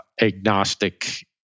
agnostic